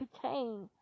contain